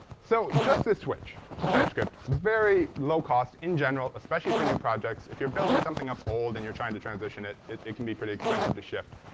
so just this switch to typescript very low cost in general, especially for new projects. if you're building something up old and you're trying to transition it, it it can be pretty expensive to shift.